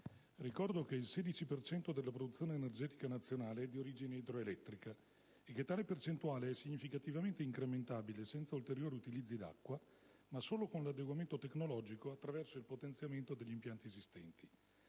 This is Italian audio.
Ricordo che il 16 per cento della produzione energetica nazionale è di origine idroelettrica, e che tale percentuale è significativamente incrementabile senza ulteriori utilizzi di acqua, ma solo con l'adeguamento tecnologico attraverso il potenziamento degli impianti esistenti.